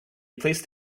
placed